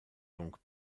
donc